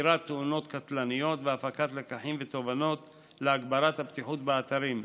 בחקירת תאונות קטלניות ובהפקת לקחים ותובנות להגברת הבטיחות באתרים,